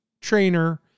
trainer